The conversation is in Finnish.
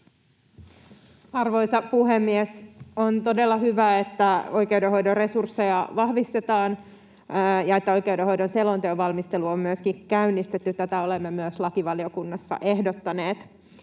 Arvoisa puhemies! On todella hyvä, että oikeudenhoidon resursseja vahvistetaan ja että oikeudenhoidon selonteon valmistelu on myöskin käynnistetty. Tätä olemme myös lakivaliokunnassa ehdottaneet.